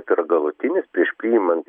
yra galutinis prieš priimant